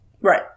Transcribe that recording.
Right